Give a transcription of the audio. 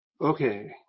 Okay